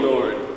Lord